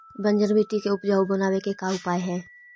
बंजर मट्टी के उपजाऊ बनाबे के का उपाय है?